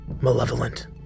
malevolent